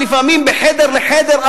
ולפעמים מחדר לחדר,